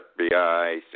FBI